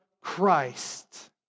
Christ